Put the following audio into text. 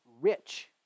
rich